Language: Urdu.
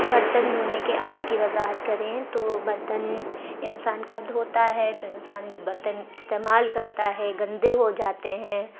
برتن دھونے کے عمل کی وضاحت کریں تو برتن انسان کب دھوتا ہے تو انسان جب برتن استعمال کرتا ہے گندے ہو جاتے ہیں